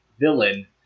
villain